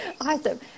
Awesome